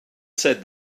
said